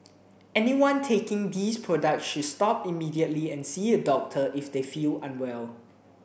anyone taking these products should stop immediately and see a doctor if they feel unwell